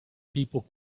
people